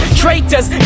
traitors